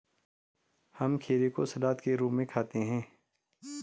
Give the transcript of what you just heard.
हम खीरे को सलाद के रूप में खाते हैं